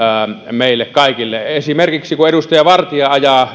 meille kaikille esimerkiksi kun edustaja vartia ajaa